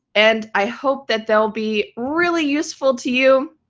and i hope that they'll be really useful to you.